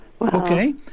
Okay